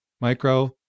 Micro